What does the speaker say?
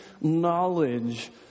knowledge